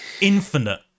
infinite